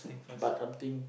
but something